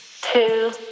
two